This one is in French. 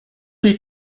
les